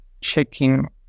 checking